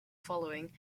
following